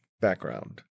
background